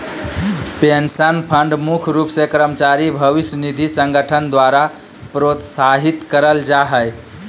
pension fund मुख्य रूप से कर्मचारी भविष्य निधि संगठन द्वारा प्रोत्साहित करल जा हय